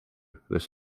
this